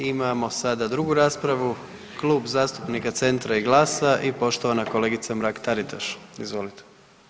Imamo sada drugu raspravu, Klub zastupnika Centra i GLAS-a i poštovana kolegica Mrak-Taritaš, izvolite.